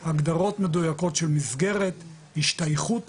הגדרות מדויקות של מסגרת, השתייכות למסגרת,